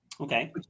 Okay